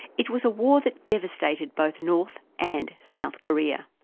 it was a war that devastated both north and south korea.